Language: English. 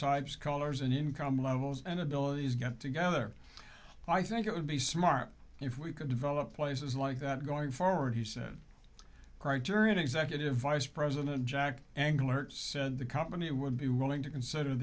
types colors and income levels and abilities get together i think it would be smart if we could develop places like that going forward he said criterion executive vice president jack angular said the company would be willing to consider